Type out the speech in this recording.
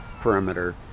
perimeter